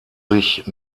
sich